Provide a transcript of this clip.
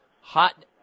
Hot